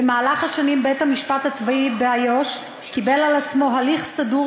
במהלך השנים בית-המשפט הצבאי באיו"ש קיבל על עצמו הליך סדור